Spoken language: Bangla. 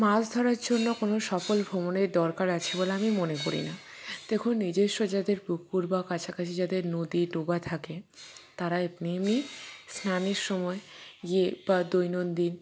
মাছ ধরার জন্য কোনও সফল ভ্রমণের দরকার আছে বলে আমি মনে করি না দেখুন নিজেস্ব যাদের পুকুর বা কাছাকাছি যাদের নদী ডোবা থাকে তারা এমনি এমনি স্নানের সময় গিয়ে বা দৈনন্দিন